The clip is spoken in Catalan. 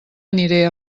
aniré